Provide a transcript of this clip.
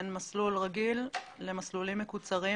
בין מסלול רגיל למסלולים מקוצרים.